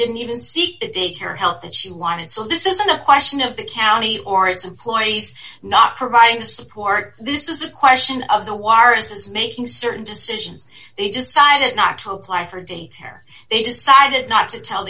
didn't even seek the daycare help that she wanted so this isn't a question of the county or its employees not providing the support this is a question of the juarez's making certain decisions they decided not to apply for day care they decided not to tell